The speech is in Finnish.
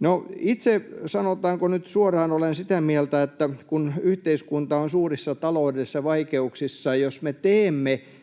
No, itse, sanotaanko nyt suoraan, olen sitä mieltä, että kun yhteiskunta on suurissa taloudellisissa vaikeuksissa ja jos me teemme